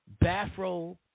bathrobe